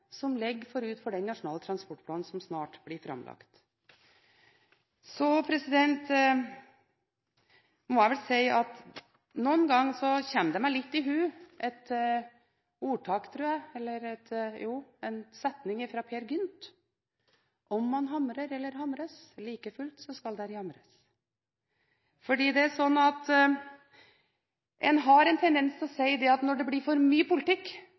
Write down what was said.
som ligger forut for den nasjonale transportplanen som snart blir framlagt. Så må jeg si at noen ganger er det en setning fra Peer Gynt som renner meg litt i hu: Om jeg hamrer eller hamres, ligefullt saa skal der jamres. For det er slik at en har en tendens til å si at når det blir for mye politikk,